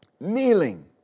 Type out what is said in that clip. kneeling